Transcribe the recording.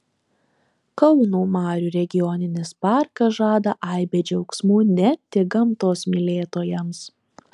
kauno marių regioninis parkas žada aibę džiaugsmų ne tik gamtos mylėtojams